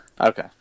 Okay